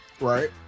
right